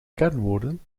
kernwoorden